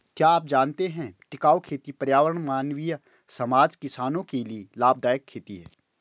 क्या आप जानते है टिकाऊ खेती पर्यावरण, मानवीय समाज, किसानो के लिए लाभदायक खेती है?